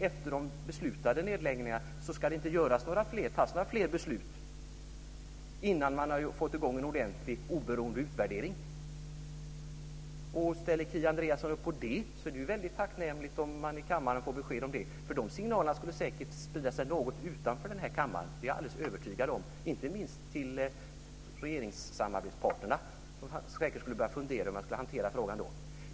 Efter de beslutade nedläggningarna ska det inte fattas några fler beslut innan man har fått i gång en ordentlig oberoende utvärdering. Ställer Kia Andreasson upp på det är det tacknämligt om man i kammaren får besked om det. De signalerna skulle säkert sprida sig något utanför denna kammare, det är jag alldeles övertygad om, inte minst till regeringssamarbetsparterna, som då säkert skulle börja fundera hur man skulle hantera frågan.